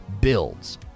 builds